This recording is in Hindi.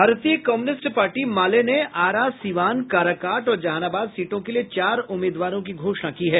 भारतीय कम्युनिस्ट पार्टी माले ने आरा सिवान काराकाट और जहानाबाद सीटों के लिए चार उम्मीदवारों की घोषणा की है